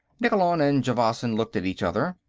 nikkolon and javasan looked at each other.